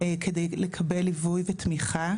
כדי לקבל ליווי ותמיכה.